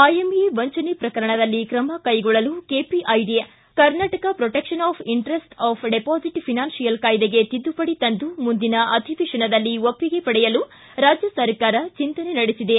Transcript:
IMA ವಂಚನೆ ಪ್ರಕರಣದಲ್ಲಿ ಕ್ರಮ ಕ್ಲೆಗೊಳ್ಳಲು KPID Karnataka protection of interests of depositors financial ಕಾಯ್ದೆಗೆ ತಿದ್ದುಪಡಿ ತಂದು ಮುಂದಿನ ಅಧಿವೇಶನದಲ್ಲಿ ಒಬ್ಬಿಗೆ ಪಡೆಯಲು ರಾಜ್ಯ ಸರ್ಕಾರ ಚಿಂತನೆ ನಡೆಸಿದೆ